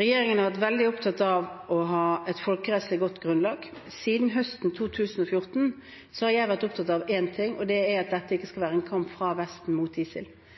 Regjeringen har vært veldig opptatt av å ha et folkerettslig godt grunnlag. Siden høsten 2014 har jeg vært opptatt av én ting, og det er at dette ikke skal være en kamp fra Vesten mot ISIL,